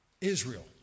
Israel